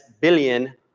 billion